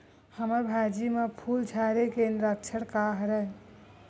हमर भाजी म फूल झारे के लक्षण का हरय?